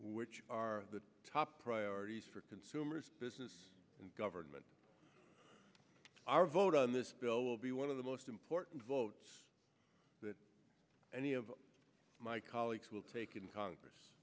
which are the top priorities for consumers business and government our vote on this bill will be one of the most important votes that any of my colleagues will take in congress